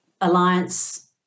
alliance